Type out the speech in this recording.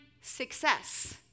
success